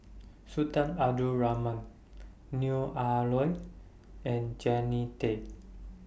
Sultan Abdul Rahman Neo Ah Luan and Jannie Tay